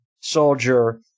soldier